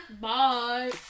Bye